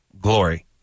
glory